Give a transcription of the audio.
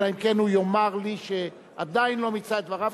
אלא אם כן הוא יאמר לי שהוא עדיין לא מיצה את דבריו,